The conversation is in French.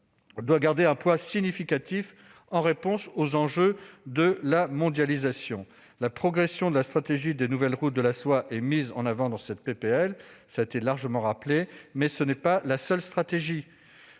doit garder un poids significatif, en réponse aux enjeux de la mondialisation. La progression des nouvelles routes de la soie est mise en avant dans ce texte, mais ce n'est pas la seule stratégie.